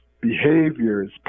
behaviors